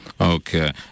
okay